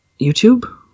YouTube